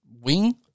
wing